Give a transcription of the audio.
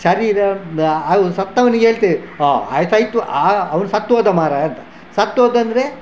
ಶರೀರ ಅದು ಸತ್ತವನಿಗೆ ಹೇಳ್ತೇವೆ ಹೊ ಆಯ್ಸಾಯ್ತು ಆ ಅವನು ಸತ್ತೋದ ಮರಾಯ ಅಂತ ಸತ್ತೋದ ಅಂದರೆ